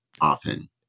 often